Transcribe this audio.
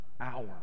hour